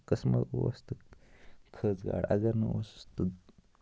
قٕسمت اوس تہٕ کھٔژ گاڈ اَگر نہٕ اوسُس تہٕ